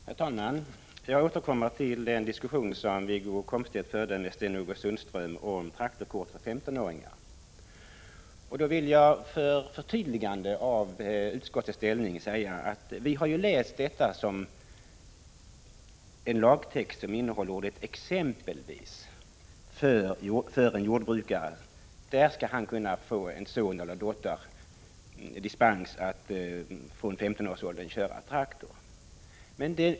Herr talman! Jag återkommer till den diskussion som Wiggo Komstedt förde med Sten-Ove Sundström om traktorkort för 15-åringar. För förtydligande av utskottets ställningstagande vill jag säga att lagtexten innehåller ordet ”exempelvis” före jordbrukare. Från 15 års ålder skall en son eller dotter till exempelvis en jordbrukare få dispens att köra traktor.